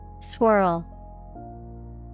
Swirl